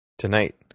Tonight